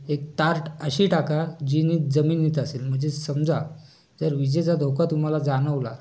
एक तार्ट अशी टाका जीनी जमिनीत असेल म्हणजे समजा जर विजेचा धोका तुम्हाला जाणवला